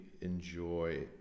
enjoy